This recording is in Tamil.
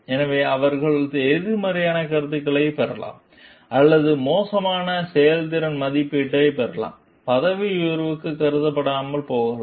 எனவே அவர்கள் எதிர்மறையான கருத்துக்களைப் பெறலாம் அல்லது மோசமான செயல்திறன் மதிப்பீட்டைப் பெறலாம் பதவி உயர்வுக்கு கருதப்படாமல் போகலாம்